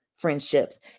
Friendships